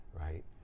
right